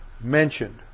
mentioned